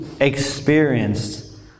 experienced